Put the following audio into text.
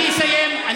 אני אסיים.